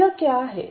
तो यह क्या है